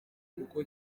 kuko